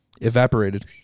evaporated